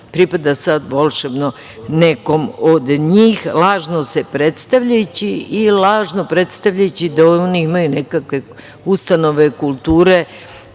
pripada sada volšebno nekom od njih, lažno se predstavljajući i lažno predstavljajući da oni imaju nekakve ustanove kulture,